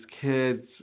kids